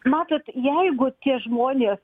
matot jeigu tie žmonės